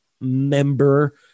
member